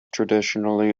traditionally